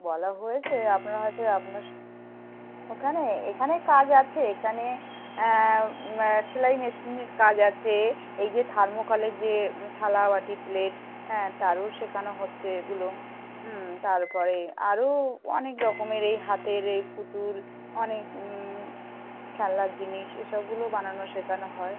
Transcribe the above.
বলা হয়েছে আপনারা হয়তো ওই আপনাস ওখানে এখানে কাজ আছে এখানে সেলাই মেশিনের কাজ আছে এই যে থার্মোকলের যে থালা বাটি প্লেট হ্যাঁ তারও শেখানো হচ্ছে এগুলো হুম তার পরে আরও অনেক রকমের এই হাতের এই পুতুল অনেক খেলনার জিনিস এসবগুলোও বানানো শেখানো হয়